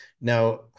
Now